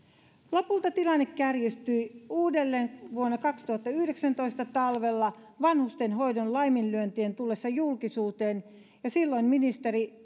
lopulta tilanne kärjistyi uudelleen vuoden kaksituhattayhdeksäntoista talvella vanhustenhoidon laiminlyöntien tullessa julkisuuteen ja silloin ministeri